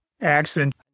accident